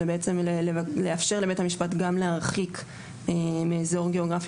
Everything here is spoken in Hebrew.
זה בעצם לאפשר לבית המשפט גם להרחיק מאזור גיאוגרפי